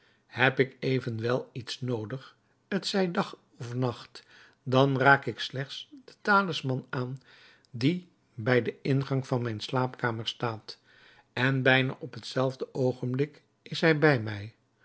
heb ik evenwel iets noodig t zij dag of nacht dan raak ik slechts den talisman aan die bij den ingang van mijne slaapkamer staat en bijna op hetzelfde oogenblik is hij bij mij